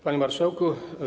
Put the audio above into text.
Panie Marszałku!